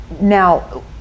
Now